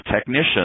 technicians